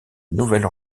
nouvelle